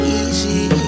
easy